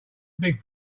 big